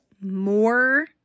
more